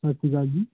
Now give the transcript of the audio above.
ਸਤਿ ਸ਼੍ਰੀ ਅਕਾਲ ਜੀ